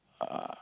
uh